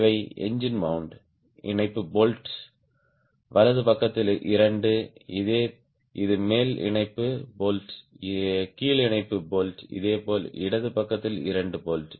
இவை engine mount இணைப்பு bolt வலது பக்கத்தில் இரண்டு இது மேல் இணைப்பு போல்ட் கீழ் இணைப்பு போல்ட் இதேபோல் இடது பக்கத்தில் இரண்டு போல்ட்